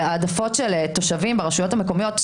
העדפות של תושבים ברשויות המקומיות,